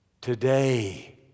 Today